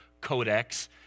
codex